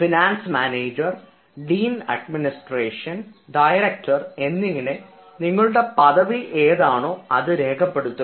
finance manager dean administration director എന്നിങ്ങനെ നിങ്ങളുടെ പദവി രേഖപ്പെടുത്തുക